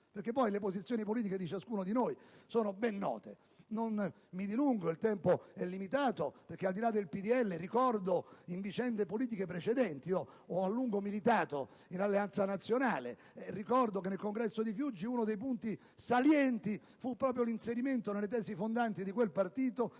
perché poi le posizioni politiche di ciascuno di noi sono ben note. Non mi dilungo perché il tempo è limitato. Ricordo, però, al di là del Popolo della Libertà, vicende politiche precedenti. Ho a lungo militato in Alleanza Nazionale, e ricordo che nel congresso di Fiuggi uno dei punti salienti fu proprio l'inserimento nelle tesi fondanti di quel partito di affermazioni